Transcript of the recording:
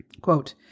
Quote